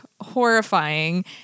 horrifying